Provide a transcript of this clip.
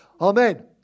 amen